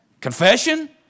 Confession